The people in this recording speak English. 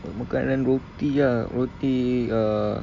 makanan roti ah roti uh